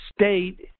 State